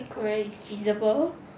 I don't think korea is feasible